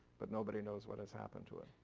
but nobody knows what has happened to it.